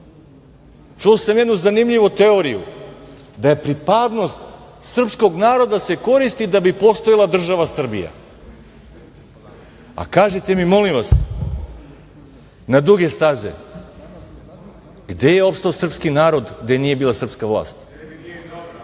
sam jednu zanimljivu teoriju da pripadnost srpskog naroda se koristi da bi postojala država Srbija. Kažite mi, molim vas, na duge staze gde je opstao srpski narod gde nije bila srpska vlast? Kažite mi u kojoj